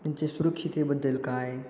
त्यांचे सुरक्षितेबद्दल काय